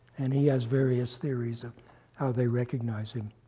and he has various theories of how they recognize him.